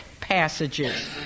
passages